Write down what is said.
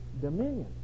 dominion